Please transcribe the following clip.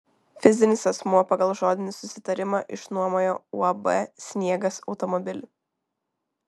fizinis asmuo pagal žodinį susitarimą išnuomojo uab sniegas automobilį